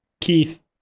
Keith